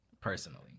personally